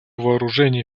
вооружений